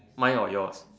mine or yours